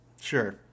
Sure